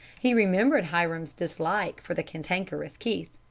he remembered hiram's dislike for the cantankerous keith.